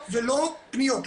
ולא פניות.